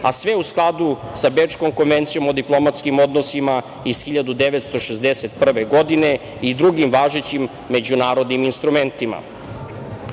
a sve u skladu sa Bečkom konvencijom o diplomatskim odnosima iz 1961. godine i drugim važećim međunarodnim instrumentima. Oblast